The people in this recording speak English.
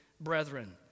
brethren